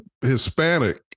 Hispanic